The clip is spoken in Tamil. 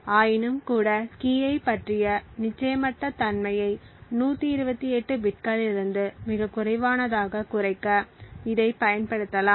ஆயினும்கூட கீயைப் பற்றிய நிச்சயமற்ற தன்மையை 128 பிட்களிலிருந்து மிகக் குறைவானதாகக் குறைக்க இதைப் பயன்படுத்தலாம்